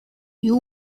you